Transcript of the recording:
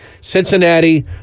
Cincinnati